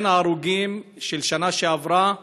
בהרוגים של השנה שעברה,